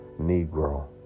Negro